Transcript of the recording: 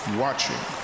watching